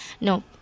No